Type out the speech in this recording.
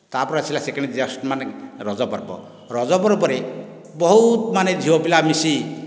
ତାପରେ ଆସିଲା second just ମାନେ ରଜ ପର୍ବ ରଜ ପର୍ବରେ ବହୁତ ମାନେ ଝିଅ ପିଲା ମିଶି